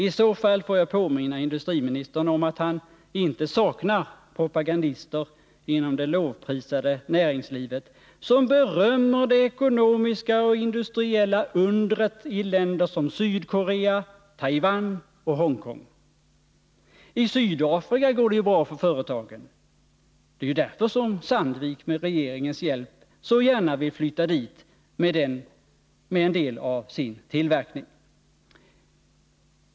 I så fall får jag påminna industriministern om att han inte saknar propagandister inom det lovprisade näringslivet som berömmer det ekonomiska och industriella undret i länder som Sydkorea, Taiwan och Hongkong. I Sydafrika går det bra för företagen, och det är ju därför som Sandvik med regeringens hjälp så gärna vill flytta dit med en del av sin tillverkning.